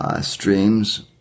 streams